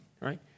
right